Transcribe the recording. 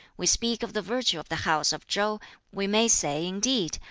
we speak of the virtue of the house of chow we may say, indeed,